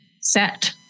set